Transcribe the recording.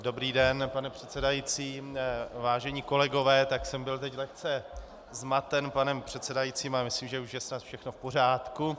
Dobrý den, pane předsedající, vážení kolegové, tak jsem byl teď lehce zmaten panem předsedajícím, ale myslím, že už je snad všechno v pořádku.